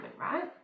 right